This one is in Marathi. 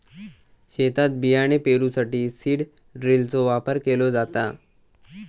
शेतात बियाणे पेरूसाठी सीड ड्रिलचो वापर केलो जाता